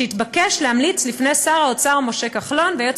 שהתבקש להמליץ לפני שר האוצר משה כחלון והיועץ